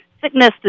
sickness